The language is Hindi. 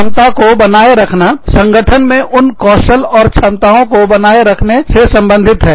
क्षमता को बनाए रखना संगठन में उन कौशल और क्षमताओं को बनाए रखने से संबंधित है